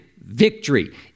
victory